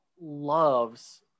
loves